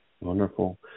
Wonderful